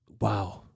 Wow